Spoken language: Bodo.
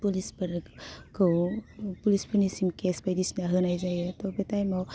पुलिसफोर खौ पुलिसफोदनिसिम केस बायदिसिना होनाय जायो थह बे टाइमाव